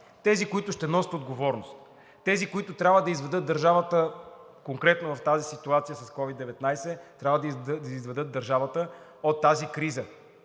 управляват, ще носят отговорност, тези, които трябва да изведат държавата – конкретно в тази ситуация с COVID-19, трябва да изведат държавата от тази криза.